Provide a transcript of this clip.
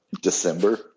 December